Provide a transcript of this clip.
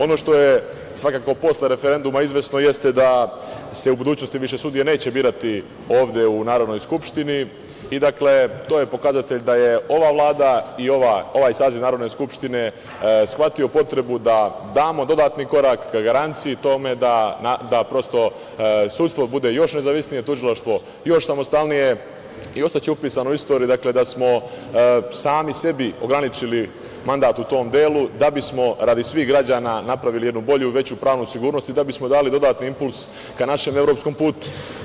Ono što je svakako posle referenduma izvesno jeste da se u budućnosti više sudije neće birati ovde u Narodnoj skupštini i to je pokazatelj da je ova Vlada i ovaj saziv Narodne skupštine shvatio potrebu da damo dodatni korak ka garanciji tome da prosto sudstvo bude još nezavisnije, tužilaštvo još samostalnije i ostaće upisano u istoriji da smo sami sebi ograničili mandat u tom delu da bismo radi svih građana napravili jednu bolju, veću pravnu sigurnosti i da bismo dali dodatni impuls našem evropskom putu.